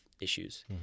issues